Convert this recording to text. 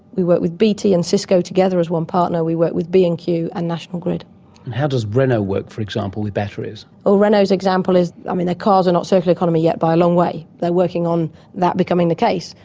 we work with bt and cisco together as one partner, we work with b and q, and national grid. and how does renault work, for example, with batteries? renault's example is. i mean, their cars are not circular economy yet by a long way, they are working on that becoming the case.